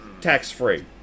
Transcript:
Tax-free